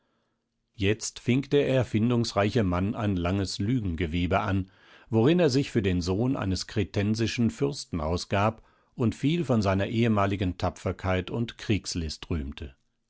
jetzt fing der erfindungsreiche mann ein langes lügengewebe an worin er sich für den sohn eines kretensischen fürsten ausgab und viel von seiner ehemaligen tapferkeit und kriegslist